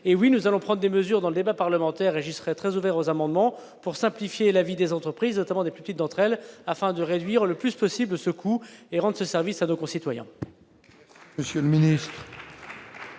hé oui, nous allons prendre des mesures dans le débat parlementaire et je serai très ouvert aux amendements pour simplifier la vie des entreprises, notamment des petites d'entre elles afin de réduire le plus possible ce et rendent ce service à nos concitoyens.